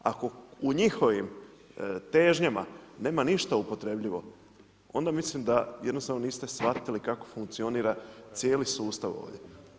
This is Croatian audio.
Ako u njihovim težnjama nema ništa upotrebljivo, onda mislim da jednostavno niste shvatili kako funkcionira cijeli sustav ovdje.